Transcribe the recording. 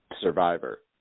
Survivor